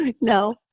no